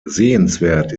sehenswert